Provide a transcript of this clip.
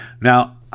now